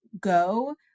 go